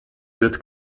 wird